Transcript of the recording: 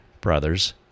brothers